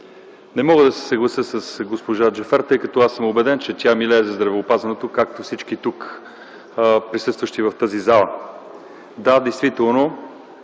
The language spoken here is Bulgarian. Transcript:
Не мога да се съглася с госпожа Джафер, тъй като съм убеден, че тя милее за здравеопазването, както всички тук, присъстващи в тази зала. Да, действително